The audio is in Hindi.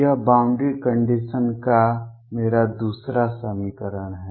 यह बॉउंड्री कंडीशन का मेरा दूसरा समीकरण है